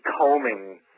combing